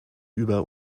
über